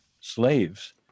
slaves